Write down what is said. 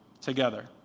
together